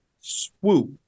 swoop